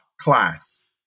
class